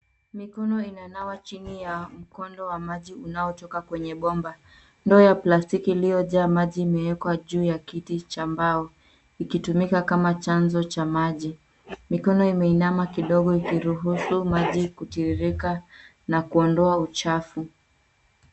Mikono inanawa chini ya mkondo wa maji unaotoka kwenye bomba. Ndoo ya plastiki iliyojaa maji imewekwa juu ya kiti cha mbao ikitumika kama chanzo cha maji. Mikono imeinama kidogo ikiruhusu maji kutiririka na kuondoa uchafu.